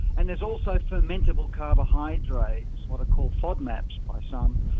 and there's also fermentable carbohydrates, what are called fodmaps by some,